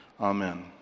amen